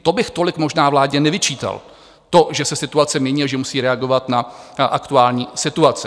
To bych tolik možná vládě nevyčítal, to, že se situace mění a že musí reagovat na aktuální situaci.